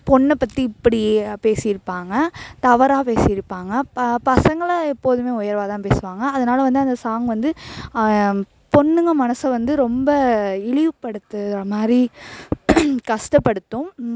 பொண்ணை பற்றி இப்படி யா பேசியிருப்பாங்க தவறாக பேசியிருப்பாங்க ப பசங்களை எப்போதுமே உயர்வாகதான் பேசுவாங்க அதனால வந்து அந்த சாங் வந்து பொண்ணுங்க மனதை வந்து ரொம்ப இழிவுப்படுத்துற மாதிரி கஷ்டப்படுத்தும்